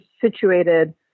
situated